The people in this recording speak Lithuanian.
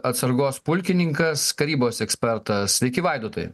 atsargos pulkininkas karybos ekspertas sveiki vaidotai